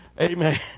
Amen